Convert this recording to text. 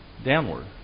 downward